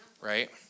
Right